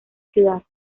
ciudad